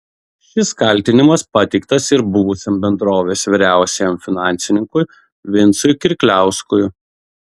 šis kaltinimas pateiktas ir buvusiam bendrovės vyriausiajam finansininkui vincui kirkliauskui